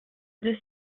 deux